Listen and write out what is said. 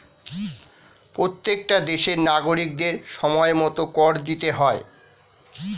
প্রত্যেকটা দেশের নাগরিকদের সময়মতো কর দিতে হয়